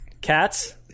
Cats